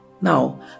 Now